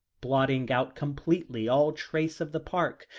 blotting out completely all trace of the park,